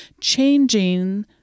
changing